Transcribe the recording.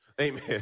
Amen